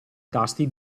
tasti